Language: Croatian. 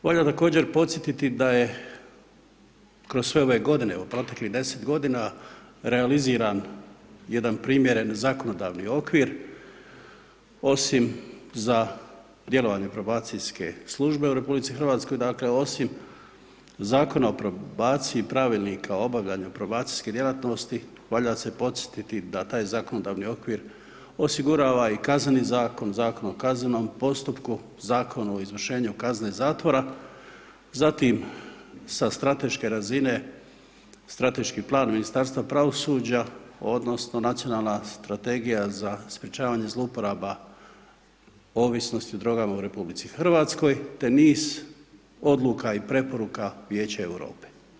Valja također podsjetiti da je kroz sve ove godine, u proteklih 10 godina, realiziran jedan primjeren zakonodavni okvir, osim za djelovanje Probacijske službe u RH, dakle, osim Zakona o probaciji, Pravilnika o obavljanju probacijske djelatnosti, valja se podsjetiti da taj zakonodavni okvir osigurava i Kazneni zakon, Zakon o kaznenom postupku, Zakon o izvršenju kazne zatvora, zatim, sa strateške razine, strateški plan Ministarstva pravosuđa odnosno Nacionalna strategija za sprečavanje zlouporaba ovisnosti o drogama u RH, te niz odluka i preporuka Vijeća Europe.